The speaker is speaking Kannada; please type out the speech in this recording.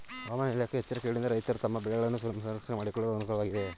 ಹವಾಮಾನ ಇಲಾಖೆಯ ಎಚ್ಚರಿಕೆಗಳಿಂದ ರೈತರು ತಮ್ಮ ಬೆಳೆಗಳನ್ನು ಸಂರಕ್ಷಣೆ ಮಾಡಿಕೊಳ್ಳಲು ಅನುಕೂಲ ವಾಗಿದೆಯೇ?